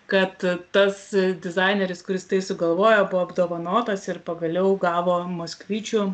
kad tas dizaineris kuris tai sugalvojo buvo apdovanotas ir pagaliau gavo moskvičių